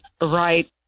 right